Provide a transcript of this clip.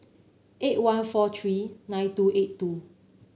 eight one four three nine two eight two